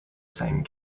same